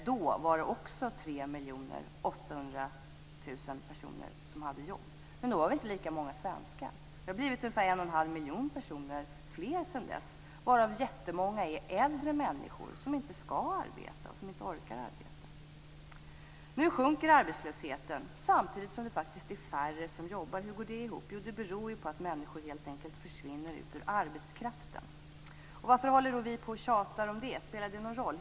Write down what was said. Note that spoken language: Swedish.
Då var det också 3 800 000 personer som hade jobb. Men då var vi inte lika många svenskar. Vi har blivit ungefär en och en halv miljon personer fler sedan dess. Jättemånga av dessa är äldre människor som inte skall arbeta och som inte orkar arbeta. Nu sjunker arbetslösheten samtidigt som det faktiskt är färre som jobbar. Hur går det ihop? Det beror ju på att människor helt enkelt försvinner ut ur arbetskraften. Varför håller vi då på och tjatar om det? Spelar det någon roll?